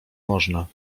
można